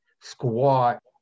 squat